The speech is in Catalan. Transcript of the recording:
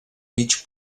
mig